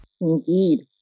Indeed